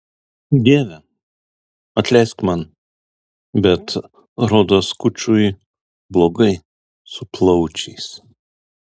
dieve atleisk man bet rodos kučui blogai su plaučiais